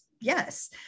yes